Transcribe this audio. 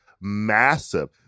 massive